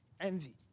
Envy